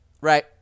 right